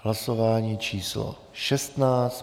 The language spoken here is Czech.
Hlasování číslo 16.